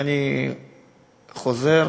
חוזר